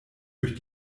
durch